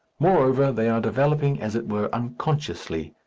moreover, they are developing, as it were unconsciously,